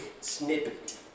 snippet